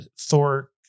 thor